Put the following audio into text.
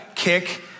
Kick